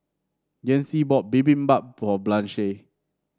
Yancy bought Bibimbap for Blanche